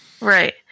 right